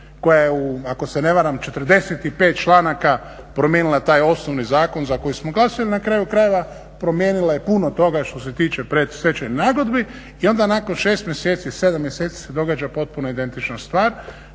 koja je u ako se ne varam 45 članaka promijenila taj osnovni zakon za koji smo glasali. Na kraju krajeva, promijenila je puno toga što se tiče predstečajnih nagodbi i onda nakon 6 mjeseci, 7 mjeseci se događa potpuno identična stvar.